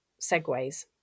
segues